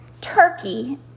Turkey